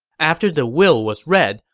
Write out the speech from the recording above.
after the will was read,